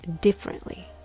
differently